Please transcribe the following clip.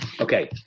Okay